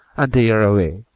and they are away,